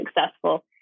successful